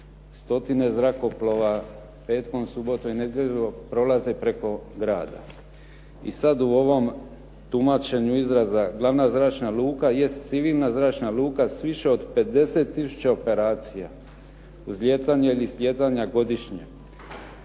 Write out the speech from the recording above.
stotine zrakoplova petkom, subotom i nedjeljom prolaze preko grada. I sad u ovom tumačenju izraza glavna zračna luka jest civilna zračna luka s više od 50 tisuća operacija, uzlijetanja ili slijetanja godišnje.